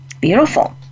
beautiful